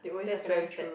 that's very true